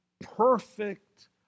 perfect